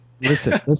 Listen